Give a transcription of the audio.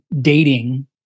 dating